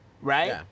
right